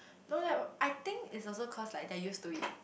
no leh I think is also cause like that used to it